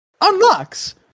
unlocks